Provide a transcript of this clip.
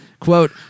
Quote